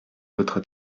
votre